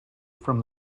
from